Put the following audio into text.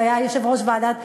היה יושב-ראש הוועדה.